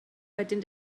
wedyn